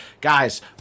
Guys